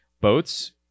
boats